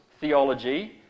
theology